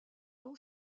nom